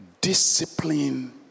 discipline